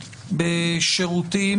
בשירותים,